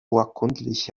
urkundlich